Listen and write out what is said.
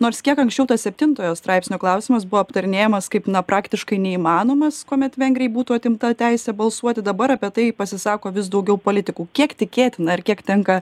nors kiek anksčiau tas septintojo straipsnio klausimas buvo aptarinėjamas kaip na praktiškai neįmanomas kuomet vengrijai būtų atimta teisė balsuoti dabar apie tai pasisako vis daugiau politikų kiek tikėtina ar kiek tenka